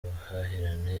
ubuhahirane